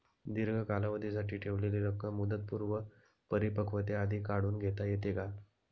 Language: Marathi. दीर्घ कालावधीसाठी ठेवलेली रक्कम मुदतपूर्व परिपक्वतेआधी काढून घेता येते का?